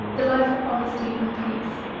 the life of honesty and peace?